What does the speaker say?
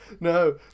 no